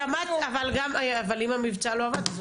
וגם מברך את המשרד לבטחון פנים על זה שנתנו